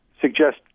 suggest